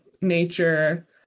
nature